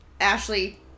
Ashley